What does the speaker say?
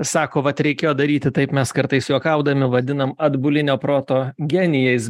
sako vat reikėjo daryti taip mes kartais juokaudami vadinam atbulinio proto genijais